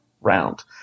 round